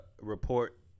report